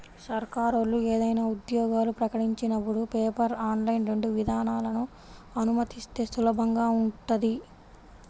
సర్కారోళ్ళు ఏదైనా ఉద్యోగాలు ప్రకటించినపుడు పేపర్, ఆన్లైన్ రెండు విధానాలనూ అనుమతిస్తే సులభంగా ఉంటది